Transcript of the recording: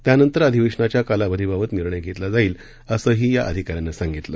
त्या नंतर अधिवेशनाच्या कालावधीवर निर्णय घेतला जाईल असंही या अधिकाऱ्यानं सांगितलं